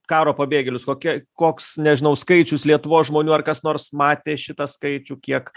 karo pabėgėlius kokia koks nežinau skaičius lietuvos žmonių ar kas nors matė šitą skaičių kiek